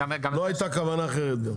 גם לא הייתה כוונה אחרת.